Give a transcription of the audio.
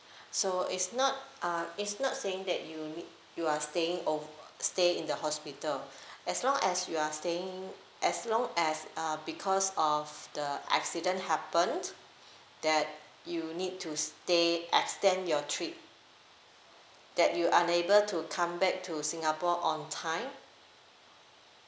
so it's not uh it's not saying that you need you are staying over stay in the hospital as long as you are staying as long as uh because of the accident happened that you need to stay extend your trip that you unable to come back to singapore on time